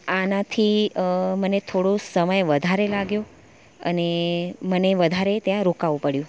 આનાથી મને થોડો સમય વધારે લાગ્યો અને મને વધારે ત્યાં રોકાવું પડયું